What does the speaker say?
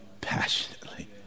passionately